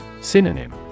Synonym